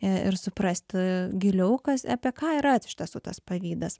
ir suprasti giliau kas apie ką yra iš tiesų tas pavydas